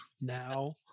now